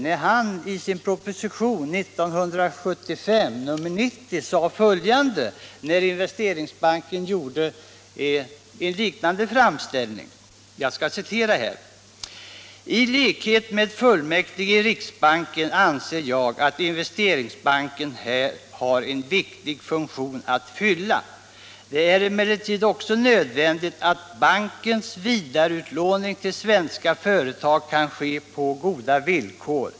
Denne skrev i sin proposition 1975:90 följande i samband med att Investeringsbanken hade gjort en liknande framställning: ”Tlikhet med fullmäktige i riksbanken anser jag att Investeringsbanken här har en viktig funktion att fylla. Det är emellertid också nödvändigt att bankens vidareutlåning till svenska företag kan ske på goda villkor.